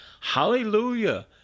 Hallelujah